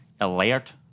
Alert